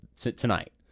tonight